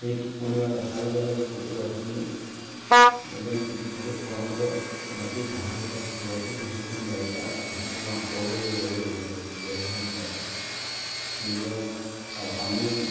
সেই টোপনিওৱা দেখাৰ লগে লগে কুকুৰাখিনি এজন চিকিৎসকে কোৱা মতে বাকী ভাল হৈ থকা কুকুৰাখিনি সেইখন বাৰীৰপৰা সম্পূৰ্ণ আঁতৰলৈ লৈ যাব লাগে বোলে তেতিয়াহে হেনো বচে গতিকে আৰু পানী